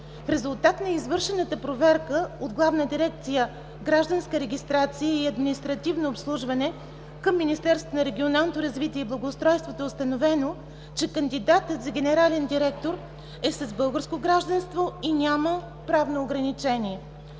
В резултат на извършена проверка от Главна дирекция „Гражданска регистрация и административно обслужване” към Министерството на регионалното развитие и благоустройството е установено, че кандидатът за генерален директор е с българско гражданство и няма правно ограничение.